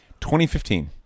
2015